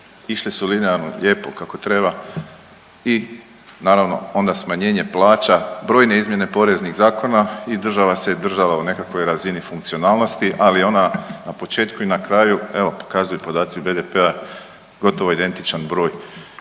išle su linearno lijepo kako treba i naravno onda smanjenje plaća, brojne izmjene poreznih zakona i država se držala u nekakvoj razini funkcionalnosti. Ali ona na početku i na kraju evo pokazuju podaci BDP-a gotovo je identičan broj